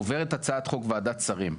כשהצעת חוק עוברת ועדת שרים,